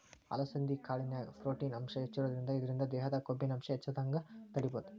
ಅಲಸಂಧಿ ಕಾಳಿನ್ಯಾಗ ಪ್ರೊಟೇನ್ ಅಂಶ ಹೆಚ್ಚಿರೋದ್ರಿಂದ ಇದ್ರಿಂದ ದೇಹದಾಗ ಕೊಬ್ಬಿನಾಂಶ ಹೆಚ್ಚಾಗದಂಗ ತಡೇಬೋದು